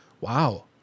wow